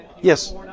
Yes